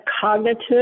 cognitive